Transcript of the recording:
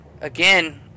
again